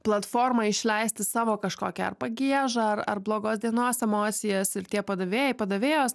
platforma išleisti savo kažkokią ar pagiežą ar ar blogos dienos emocijas ir tie padavėjai padavėjos